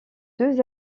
deux